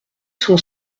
son